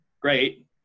great